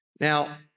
Now